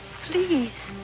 Please